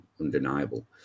undeniable